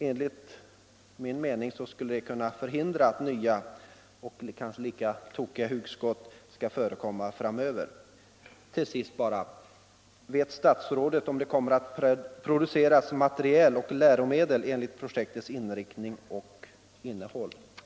Enligt min mening skulle sådan kännedom kunna förhindra nya lika tokiga hugskott framöver. Till sist vill jag fråga: Vet statsrådet om det kommer att publiceras material och läromedel med samma inriktning och innehåll som projektet?